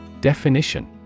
Definition